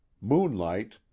Moonlight